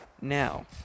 Now